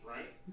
Right